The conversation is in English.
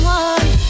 one